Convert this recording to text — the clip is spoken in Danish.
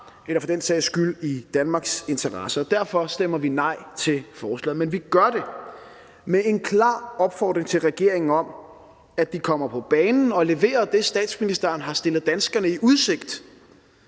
eller for den sags skyld i Danmarks interesse, og derfor stemmer vi nej til forslaget. Men vi gør det med en klar opfordring til regeringen om, at de kommer på banen og leverer det, som statsministeren har stillet danskerne i udsigt,